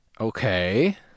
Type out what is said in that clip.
Okay